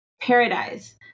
paradise